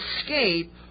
escape